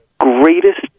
greatest